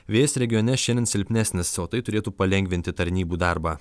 vėjas regione šiandien silpnesnis o tai turėtų palengvinti tarnybų darbą